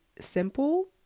simple